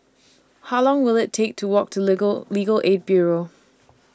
How Long Will IT Take to Walk to Legal Legal Aid Bureau